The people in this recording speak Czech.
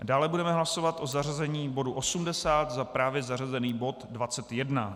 Dále budeme hlasovat o zařazení bodu 80 za právě zařazený bod 21.